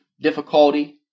difficulty